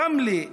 רמלה,